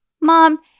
Mom